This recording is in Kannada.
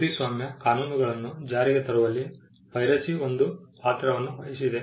ಕೃತಿಸ್ವಾಮ್ಯ ಕಾನೂನುಗಳನ್ನು ಜಾರಿಗೆ ತರುವಲ್ಲಿ ಪೈರಸಿ ಒಂದು ಪಾತ್ರವನ್ನು ವಹಿಸಿದೆ